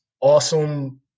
awesome